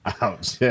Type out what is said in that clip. Ouch